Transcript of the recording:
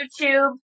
youtube